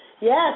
Yes